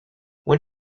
when